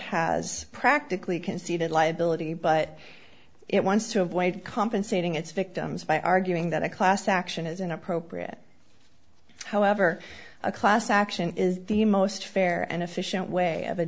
has practically conceded liability but it wants to avoid compensating its victims by arguing that a class action is inappropriate however a class action is the most fair and efficient way of